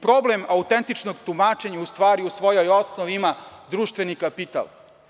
Problem autentičnog tumačenja u stvari u svojoj osnovi ima društveni kapital.